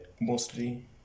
mostly